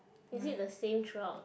is it the same throughout